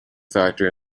factor